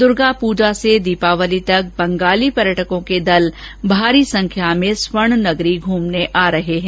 दुर्गा पूजा से दीपावली तक बंगाली पर्यटकों के दल भारी संख्या में स्वर्णनगरी घूमने आ रहे हैं